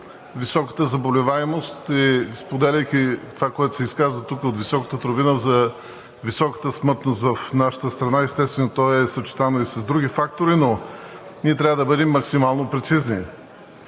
високата заболеваемост. Споделяйки това, което се изказа от високата трибуна за високата смъртност в нашата страна, естествено, то е съчетано и с други фактори, но ние трябва да бъдем максимално прецизни.